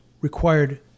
required